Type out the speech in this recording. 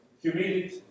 Humidity